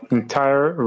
entire